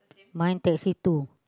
mine teh C too